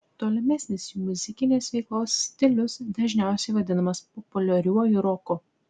tolimesnės jų muzikinės veiklos stilius dažniausiai vadinamas populiariuoju roku